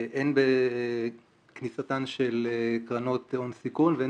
הן בכניסתן של קרנות הון סיכון והן